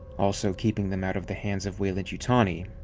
also keeping them out of the hands of weyland yutani,